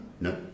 No